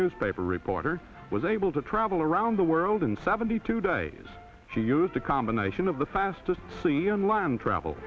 newspaper reporter was able to travel around the world in seventy two days she used a combination of the fastest c on land travel